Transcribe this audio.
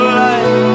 life